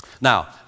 Now